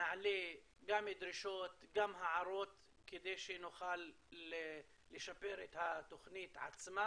נעלה גם דרישות וגם הערות כדי שנוכל לשפר את התוכנית עצמה,